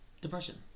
depression